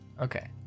okay